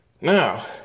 Now